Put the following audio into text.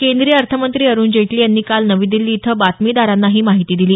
केंद्रीय अर्थ मंत्री अरुण जेटली यांनी काल नवी दिल्ली इथं बातमीदारांना ही माहिती दिली